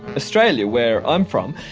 australia, where i'm from,